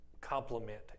complement